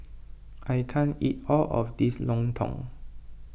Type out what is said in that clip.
I can't eat all of this Lontong